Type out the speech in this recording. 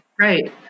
Right